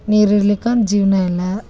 ನೀರು ಇರ್ಲಿಲ್ ಅಂದ್ರೆ ಜೀವನ ಇಲ್ಲ